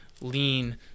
lean